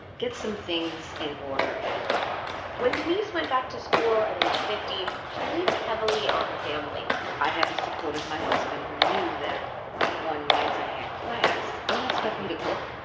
get some things in order at home when denise went back to school at age fifty, she leaned heavily on her family i had the support of my husband who knew that on nights i had class, don't expect me to cook